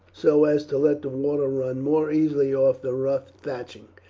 so as to let the water run more easily off the rough thatching.